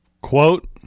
Quote